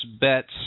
bets